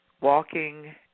Walking